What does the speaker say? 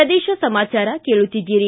ಪ್ರದೇಶ ಸಮಾಚಾರ ಕೇಳುತ್ತೀದ್ದಿರಿ